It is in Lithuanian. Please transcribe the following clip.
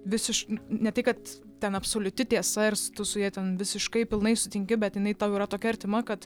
visiš ne tai kad ten absoliuti tiesa ir s tu su ja ten visiškai pilnai sutinki bet jinai tau yra tokia artima kad